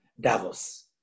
Davos